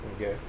Okay